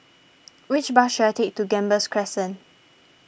which bus should I take to Gambas Crescent